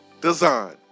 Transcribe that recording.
Design